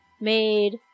Made